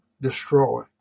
destroy